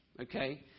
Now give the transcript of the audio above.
okay